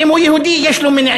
אם הוא יהודי, יש לו מניעים: